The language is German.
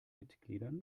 mitgliedern